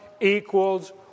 equals